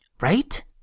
Right